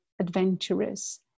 adventurous